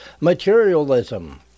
Materialism